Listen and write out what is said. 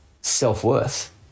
self-worth